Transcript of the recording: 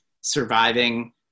surviving